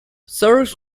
sorrows